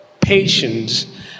patience